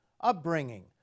upbringing